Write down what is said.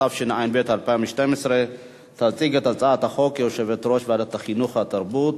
התשע"ב 2012. תציג את הצעת החוק יושבת-ראש ועדת החינוך והתרבות,